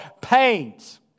pains